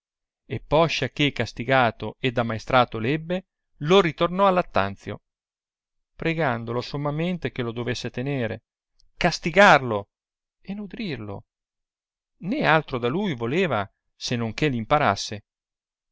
e poscia che castigato ed ammaestrato ebbe lo ritornò a lattanzio pregandolo sommamente che lo dovesse tenere castigarlo e nodrirlo né altro da lui voleva se non che l'imparasse